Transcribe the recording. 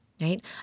right